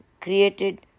created